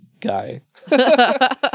guy